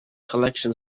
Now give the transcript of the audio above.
collection